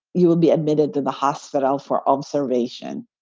you will be admitted to the hospital for observation.